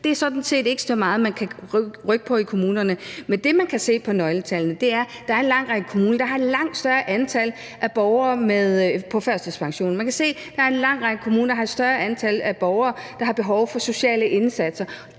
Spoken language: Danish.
man sådan set ikke kan rykke så meget på i kommunerne. Men det, man kan se af nøgletallene, er, at der er en lang række kommuner, der har et langt større antal af borgere på førtidspension. Man kan se, at der er en lang række kommuner, der har et større antal borgere, der har behov for sociale indsatser.